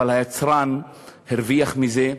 אבל היצרן הרוויח מזה,